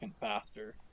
faster